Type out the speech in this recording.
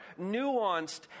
nuanced